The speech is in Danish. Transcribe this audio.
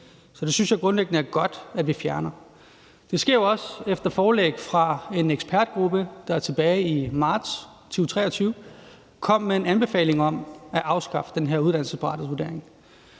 Så den synes jeg grundlæggende det er godt at vi fjerner. Det sker jo også efter forelæg fra en ekspertgruppe, der tilbage i marts 2023 kom med en anbefaling om at afskaffe den her uddannelsesparathedsvurdering.